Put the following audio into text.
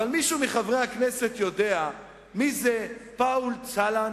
אבל מישהו מחברי הכנסת יודע מי זה פאול צלאן?